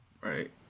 Right